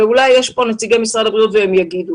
ואולי נמצאים נציגי משרד הבריאות והם יגיבו.